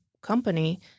company